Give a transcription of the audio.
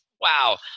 wow